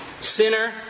Sinner